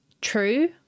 True